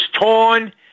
torn